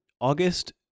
August